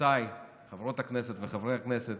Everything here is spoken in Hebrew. וחברותיי חברות הכנסת וחברי הכנסת